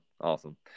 Awesome